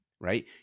right